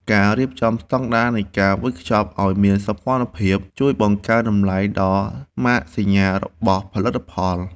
ការរៀបចំស្តង់ដារនៃការវេចខ្ចប់ឱ្យមានសោភ័ណភាពជួយបង្កើនតម្លៃដល់ម៉ាកសញ្ញារបស់ផលិតផល។